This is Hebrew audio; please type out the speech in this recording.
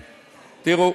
תראו,